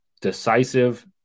decisive